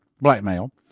blackmail